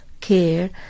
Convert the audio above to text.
care